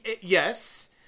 Yes